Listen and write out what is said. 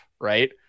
right